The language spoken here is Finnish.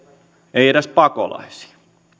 ei edes pakolaisiin